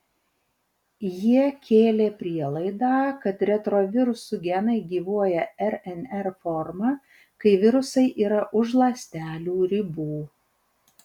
jie kėlė prielaidą kad retrovirusų genai gyvuoja rnr forma kai virusai yra už ląstelių ribų